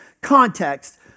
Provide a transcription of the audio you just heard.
context